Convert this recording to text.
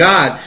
God